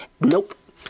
nope